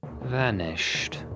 vanished